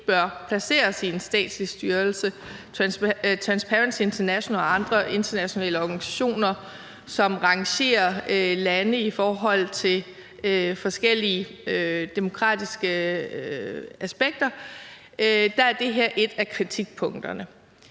bør placeres i en statslig styrelse. For Transparency International og andre internationale organisationer, som rangerer lande i forhold til forskellige demokratiske aspekter, er det her et af kritikpunkterne.